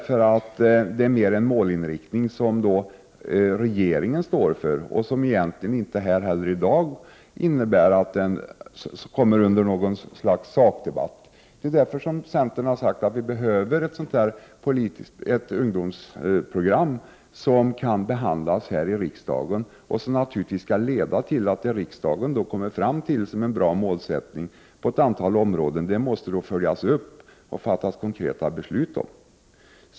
Skrivelsen innebär mer en målinriktning som regeringen står för och som egentligen inte kommer upp till någon sakdebatt i dag. Därför har centern sagt att det behövs ett ungdomspolitiskt program som kan behandlas här i riksdagen. Det som riksdagen då kommer fram till som en bra målsättning på ett antal områden måste man då naturligtvis följa upp och fatta konkreta beslut om.